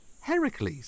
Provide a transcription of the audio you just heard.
Heracles